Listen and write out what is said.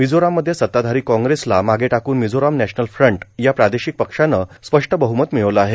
मिझोराममध्ये सत्ताधारी काँग्रेसला मागे टाकून मिझोराम नॅशनल फ्रंट या प्रादेशिक पक्षानं स्पष्ट बहमत मिळवलं आहे